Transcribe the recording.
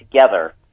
together